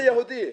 זה יהודי.